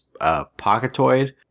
Pocketoid